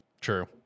true